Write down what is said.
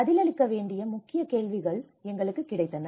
பதிலளிக்க வேண்டிய வேண்டிய முக்கிய கேள்விகள் எங்களுக்கு கிடைத்தன